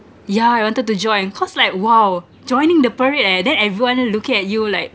yeah I wanted to join cause like !wow! joining the parade eh then everyone look at you like